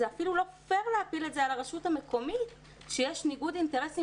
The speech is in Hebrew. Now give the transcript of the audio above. אפילו לא פייר להפיל את זה על הרשות המקומית כשיש ניגוד אינטרסים